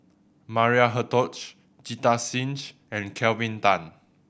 Maria Hertogh Jita Singh and Kelvin Tan